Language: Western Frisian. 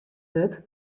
wurdt